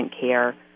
care